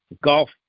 golf